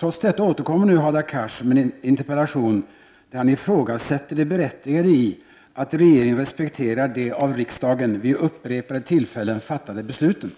Trots detta återkommer nu Hadar Cars med en interpellation, där han ifrågasätter det berättigade i att regeringen respekterar de av riksdagen vid upprepade tillfällen fattade besluten.